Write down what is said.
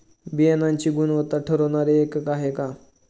बियाणांची गुणवत्ता ठरवणारे एकक आहे का?